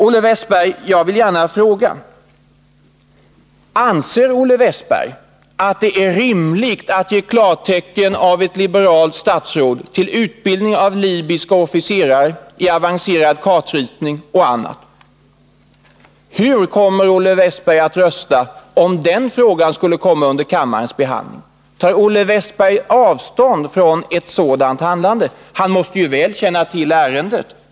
Olle Wästberg, jag vill gärna fråga: Anser ni att det är rimligt att ett liberalt statsråd ger klartecken till utbildning av libyska officerare när det gäller avancerad kartritning och annat? Hur kommer Olle Wästberg att rösta, om den frågan skulle komma upp till behandling i kammaren? Tar Olle Wästberg avstånd från ett sådant handlande? Han måste vara väl insatt i ärendet.